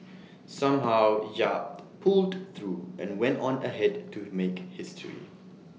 somehow yap pulled through and went on ahead to make history